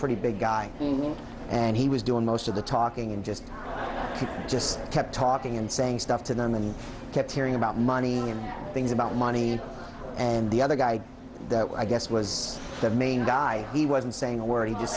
pretty big guy and he was doing most of the talking and just just kept talking and saying stuff to them and kept hearing about money and things about money and the other guy that way i guess was the main guy he wasn't saying a word he just